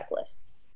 checklists